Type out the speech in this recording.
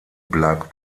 bleibt